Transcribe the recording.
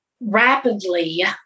rapidly